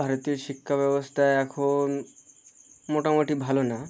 ভারতীয় শিক্ষা ব্যবস্থা এখন মোটামুটি ভালো না